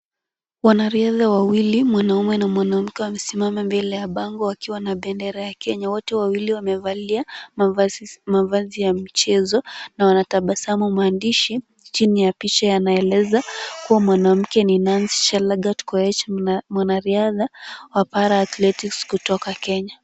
Wanariadha wawili mwanamume na mwanamke wamesimama mbele ya bango wakiwa na bendera ya Kenya. Wote wawili wamevalia mavazi ya mchezo na wanatabasamu. Maandishi chini ya picha yanaeleza kuwa mwanamke ni Nancy Chelagat Koech na mwanariadha wa Para-athletics kutoka Kenya.